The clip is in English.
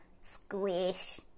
Squish